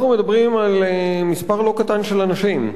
אנחנו מדברים על מספר לא קטן של אנשים.